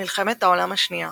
מלחמת העולם השנייה